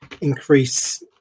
increase